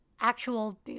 actual